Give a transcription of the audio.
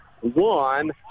one